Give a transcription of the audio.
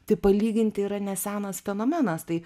tai palyginti yra nesenas fenomenas tai